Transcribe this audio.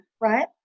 right